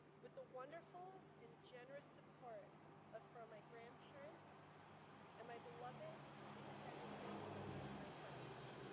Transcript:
with the wonderful and generous support ah from my grandparents and my beloved extended family members, my friends,